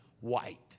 white